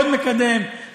עוד מקדם,